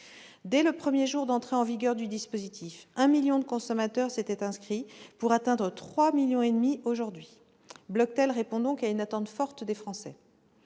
Dès le premier jour d'entrée en vigueur du dispositif, 1 million de consommateurs s'étaient inscrits pour atteindre 3,5 millions aujourd'hui. Le dispositif Bloctel répond donc à une attente forte des Français.